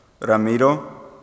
Ramiro